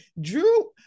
Drew